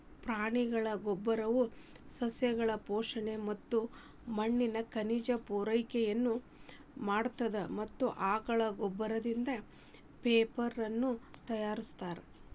ಪ್ರಾಣಿಗಳ ಗೋಬ್ಬರವು ಸಸ್ಯಗಳು ಪೋಷಣೆ ಮತ್ತ ಮಣ್ಣಿನ ಖನಿಜ ಪೂರೈಕೆನು ಮಾಡತ್ತದ ಮತ್ತ ಆಕಳ ಗೋಬ್ಬರದಿಂದ ಪೇಪರನು ತಯಾರಿಸ್ತಾರ